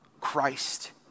Christ